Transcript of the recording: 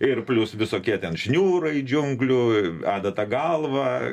ir plius visokie ten šniūrai džiunglių adata galva